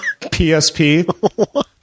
PSP